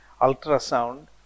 ultrasound